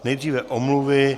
Nejdříve omluvy.